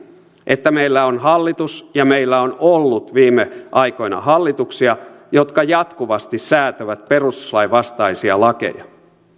että meillä on hallitus ja meillä on ollut viime aikoina hallituksia jotka jatkuvasti säätävät perustuslain vastaisia lakeja